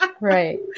Right